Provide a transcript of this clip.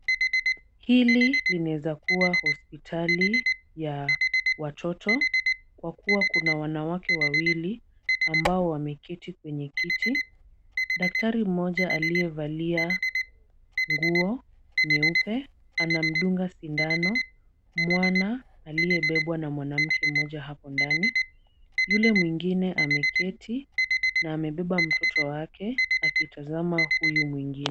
Hili linaeza kuwa hospitali ya watoto, kwa kuwa kuna wanawake wawili ambao wameketi kwenye kiti. Daktari mmoja aliyevalia nguo nyeupe, anamdunga sindano mwana aliyebebwa na mwanamke mmoja hapo ndani. Yule mwingine ameketi na amebeba mtoto wake akitazama huyu mwingine.